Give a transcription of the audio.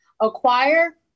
Acquire